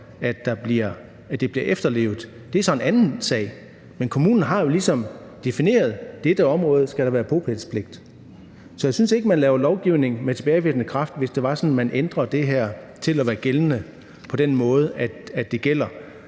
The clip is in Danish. at det bliver efterlevet, er så en anden sag, men kommunen har jo ligesom defineret, at i dette område skal der være bopælspligt. Så jeg synes ikke, man laver lovgivning med tilbagevirkende kraft, hvis det var sådan, at man ændrede det her til at være gældende på den måde, at det gælder